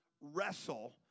wrestle